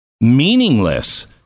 meaningless